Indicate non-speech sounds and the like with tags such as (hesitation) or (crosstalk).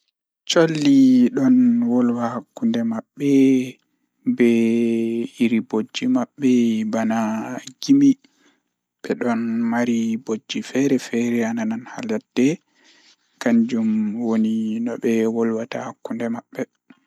Collii ɗon wolwa hakkuunde maɓɓee be (hesitation) iri bojji maɓɓee bana gimi, ɓe ɗon mari bojji fere fere ananan haladde kanjum woni no ɓe wolwata anan hakkuunde mabbe.